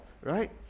right